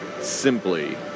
simply